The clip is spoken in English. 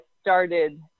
started